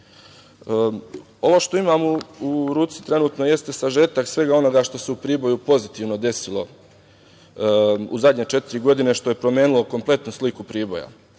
što imam u ruci trenutno jeste sažetak svega onoga što se u Priboju pozitivno desilo u zadnje četiri godine, što je promenilo kompletno sliku Priboja.